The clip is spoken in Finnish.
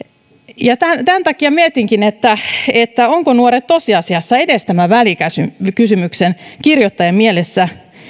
tosiasiassa sitä tiedä tämän takia mietinkin ovatko nuoret tosiasiassa edes tämän välikysymyksen kirjoittajien mielessä